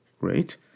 Great